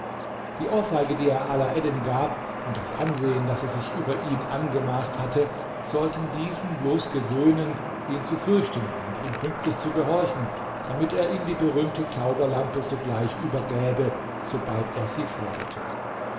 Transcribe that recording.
die ohrfeige die er alaeddin gab und das ansehen das er sich über ihn angemaßt hatte sollten diesen bloß gewöhnen ihn zu fürchten und ihm pünktlich zu gehorchen damit er ihm die berühmte zauberlampe sogleich übergäbe sobald er sie forderte